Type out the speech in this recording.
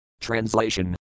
Translation